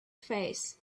face